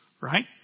right